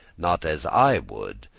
not as i would,